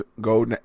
go